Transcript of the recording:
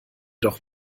doch